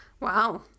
wow